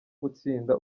gutsinda